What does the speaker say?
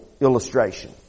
illustration